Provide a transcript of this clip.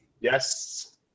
Yes